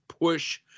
push